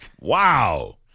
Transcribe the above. Wow